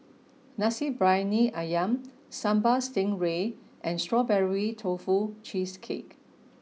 Nasi Briyani Ayam Sambal stingray and strawberry tofu cheesecake